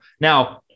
Now